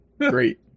Great